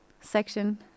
section